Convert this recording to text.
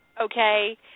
Okay